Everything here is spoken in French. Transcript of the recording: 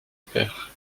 père